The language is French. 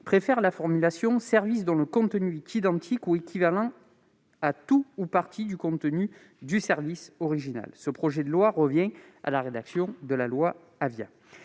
à elle la formulation « service [...] dont le contenu est identique ou équivalent à tout ou partie du contenu » du service original. Le présent projet de loi revient à la rédaction de la loi Avia.